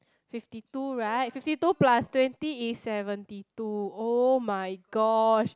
fifty two right fifty two plus twenty is seventy two [oh]-my-gosh